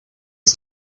the